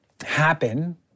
happen